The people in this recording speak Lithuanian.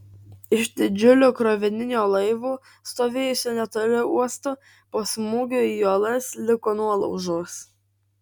iš didžiulio krovininio laivo stovėjusio netoli uosto po smūgio į uolas liko nuolaužos